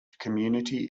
community